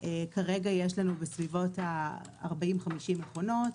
כרגע יש לנו בסביבות 50-40 מכונות.